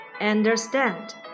Understand